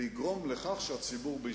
ואני נותן את הדוגמה הזאת.